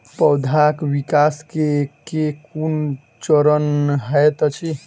पौधाक विकास केँ केँ कुन चरण हएत अछि?